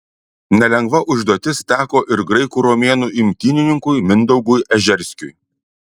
nelengva užduotis teko ir graikų romėnų imtynininkui mindaugui ežerskiui